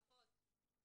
פחות.